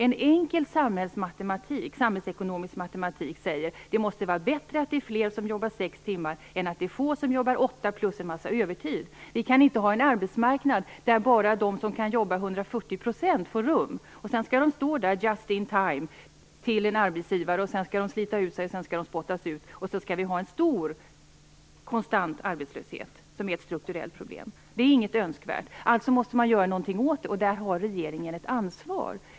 En enkel samhällsekonomisk matematik säger att det måste vara bättre att fler jobbar sex timmar än att få jobbar åtta timmar plus en massa övertid. Vi kan inte ha en arbetsmarknad, där bara de ryms som kan arbeta 140 % för att finnas just in time till en arbetsgivare, bli utslitna och därefter spottas ut, medan vi har en stor konstant arbetslöshet, som är ett strukturellt problem. Detta är inget önskvärt. Alltså måste man göra någonting åt problemet, och där har regeringen ett ansvar.